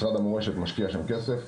משרד המורשת משקיע שם כסף,